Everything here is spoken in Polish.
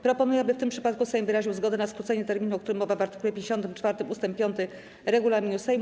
Proponuję, aby w tym przypadku Sejm wyraził zgodę na skrócenie terminu, o którym mowa w art. 54 ust. 5 regulaminu Sejmu.